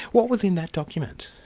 what was in that document?